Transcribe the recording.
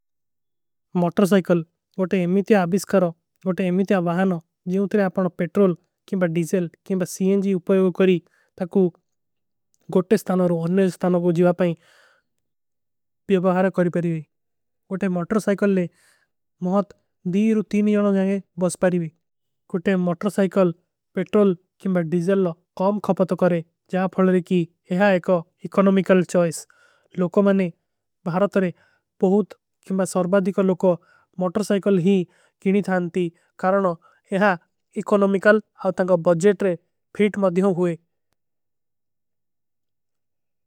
Motor cycle ଗୋଟେ ଏମୀ ତିଯା ଆବୀଶ କରୋ ଗୋଟେ ଏମୀ ତିଯା। ଵହାନୋ ଜିଏ ଉତରେ ଆପକା ପେଟ୍ରୋଲ କେଂବା ଡୀଜଲ କେଂବା ସୀ ଏଂଜୀ। ଉପଯୋଗ କରୀ ତକୁ ଗୋଟେ ସ୍ଥାନୋର ଅନୁଯ ସ୍ଥାନୋର କୋ ଜିଵାପାଇଂ। ପିଯଵାହର କରୀ ପରୀଵୀ ଗୋଟେ ମୋଟର ସାଇକଲଲେ ମହତ ଦୀର ତୀମ। ଜାନୋଂ ଜାଏଂଗେ ବସ ପାରୀଵୀ ଗୋଟେ ମୋଟର ସାଇକଲ ପେଟ୍ରୋଲ କେଂବା। ଡୀଜଲ ଲୋ କୌମ ଖାପତୋ କରେଂ ଜାଫଲରେ କୀ ଯହାଁ ଏକ ଏକୋ। ଏକନୋମିକଲ ଚୋଈସ ଲୋଗୋ ମନେ ବହରତରେ ପହୁତ କେଂବା ସାର୍ବାଦୀ। କୋ ଲୋଗୋ ମୋଟର ସାଇକଲ ହୀ କିନୀ ଥାନତୀ କାରଣୋ ଏହା। ଏକୋନୋମିକଲ ଆତାଂଗା ବଜେଟରେ ଫୀଟ ମଧିଯୋଂ ହୁଏ।